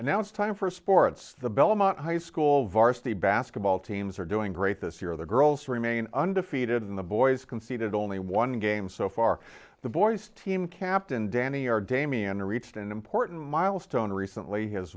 and now it's time for sports the belmont high school varsity basketball teams are doing great this year the girls remain undefeated and the boys conceded only one game so far the boys team captain danny or damien reached an important milestone recently his